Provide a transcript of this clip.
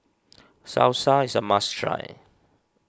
Salsa is a must try